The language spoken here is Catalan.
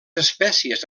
espècies